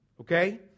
okay